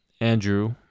Andrew